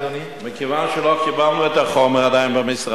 מכיוון שעדיין לא קיבלנו את החומר במשרד,